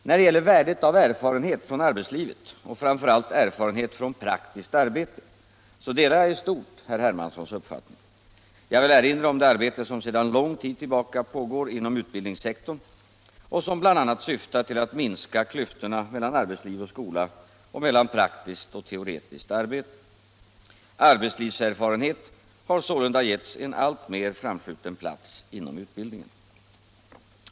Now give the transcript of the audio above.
När det gäller värdet av erfarenhet från arbetslivet och framför allt erfarenhet från praktiskt arbete, så delar jag i stort herr Hermanssons uppfattning. Jag vill erinra om det arbete som sedan lång tid tillbaka pågår inom utbildningssektorn och som bl.a. syftar till att minska klyftorna mellan arbetsliv och skola och mellan praktiskt och teoretiskt arbete. Arbetslivserfarenhet har sålunda getts en alltmer framskjuten plats inom utbildningen.